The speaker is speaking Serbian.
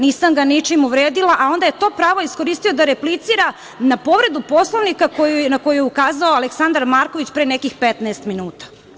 Nisam ga ničim uvredila, a onda je to pravo iskoristio da replicira na povredu Poslovnika, na koju je ukazao Aleksandar Marković, pre nekih 15 minuta.